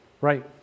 Right